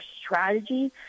strategy